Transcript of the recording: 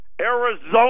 Arizona